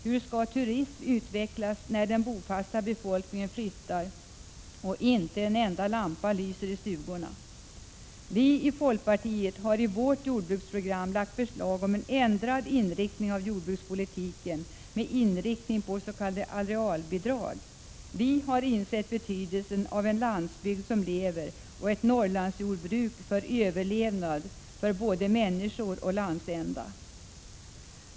Hur skall turism kunna utvecklas när den bofasta befolkningen flyttar? Inte en enda lampa lyser i stugorna. Vii folkpartiet har i vårt jordbruksprogram lagt förslag om en ändrad inriktning av jordbrukspolitiken med inriktning på s.k. arealbidrag. Vi har insett betydelsen av en landsbygd som lever och ett Norrlandsjordbruk för överlevnad av både människor och landsända.